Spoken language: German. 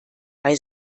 bei